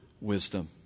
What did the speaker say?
wisdom